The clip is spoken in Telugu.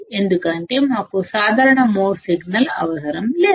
ఎందుకంటే మనకు కామన్ మోడ్ సిగ్నల్ అవసరం లేదు